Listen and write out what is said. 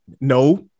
no